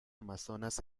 amazonas